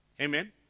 Amen